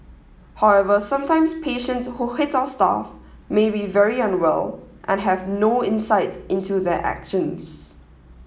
however sometimes patients who hits our staff may be very unwell and have no insight into their actions